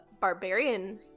barbarian